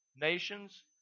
nations